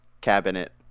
cabinet